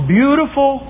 beautiful